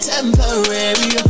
Temporary